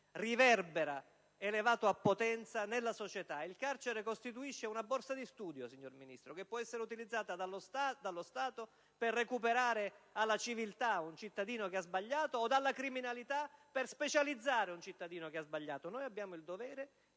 riverbera, elevato a potenza, nella società. Il carcere costituisce una borsa di studio, signor Ministro, che può essere utilizzata dallo Stato per recuperare alla civiltà un cittadino che ha sbagliato, o dalla criminalità per specializzare un cittadino che ha sbagliato. Noi abbiamo il dovere